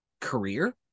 career